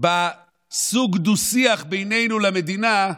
בסוג הדו-שיח בינינו למדינה,